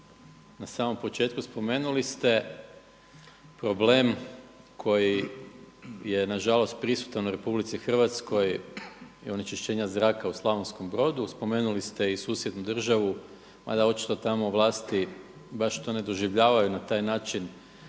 na samom početku spomenuli ste problem koji je na žalost prisutan u Republici Hrvatskoj i onečišćenja zraka u Slavonskom Brodu, spomenuli ste i susjednu državu mada očito tamo vlasti baš to ne doživljavaju na taj način